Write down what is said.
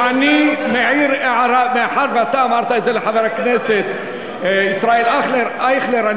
אני מעיר הערה מאחר שאתה אמרת את זה לחבר הכנסת ישראל אייכלר.